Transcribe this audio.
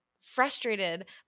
frustrated